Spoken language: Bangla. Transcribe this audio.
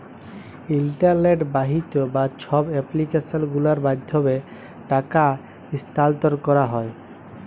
ইলটারলেট বাহিত যা ছব এপ্লিক্যাসল গুলার মাধ্যমে টাকা ইস্থালাল্তর ক্যারা হ্যয়